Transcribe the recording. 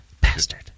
Bastard